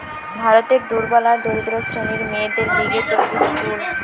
ভারতের দুর্বল আর দরিদ্র শ্রেণীর মেয়েদের লিগে তৈরী স্কুল